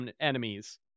enemies